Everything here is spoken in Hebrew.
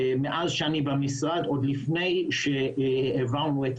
מאז שאני במשרד עוד לפני שהעברנו את